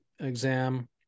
exam